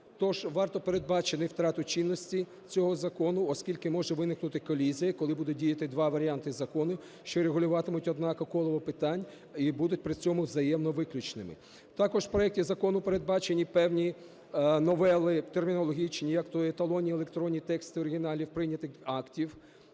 Тож варто передбачити втрату чинності цього закону, оскільки може виникнути колізія, коли будуть діяти два варіанти законів, що регулюватимуть однакове коло питань і будуть при цьому взаємовиключними. Також в проекті закону передбачені певні новели термінологічні, як-то: еталонні електронні тексти оригіналів прийнятих актів.